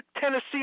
Tennessee